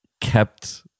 kept